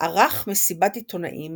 ערך מסיבת עיתונאים